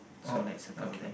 oh okay